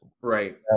Right